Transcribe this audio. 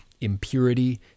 impurity